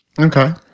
Okay